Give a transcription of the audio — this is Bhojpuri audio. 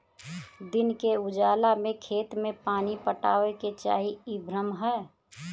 दिन के उजाला में खेत में पानी पटावे के चाही इ भ्रम ह